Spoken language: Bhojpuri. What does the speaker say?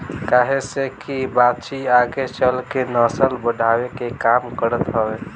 काहे से की बाछी आगे चल के नसल बढ़ावे के काम करत हवे